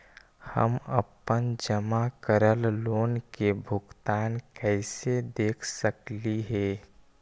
हम अपन जमा करल लोन के भुगतान कैसे देख सकली हे?